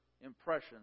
impressions